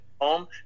home